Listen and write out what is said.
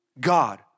God